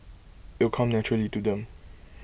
it'll come naturally to them